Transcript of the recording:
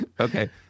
okay